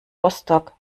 rostock